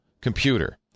computer